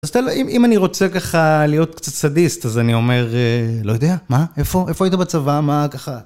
אז תלוי, אם אני רוצה ככה להיות קצת סאדיסט, אז אני אומר, לא יודע, מה? איפה? איפה היית בצבא? מה ככה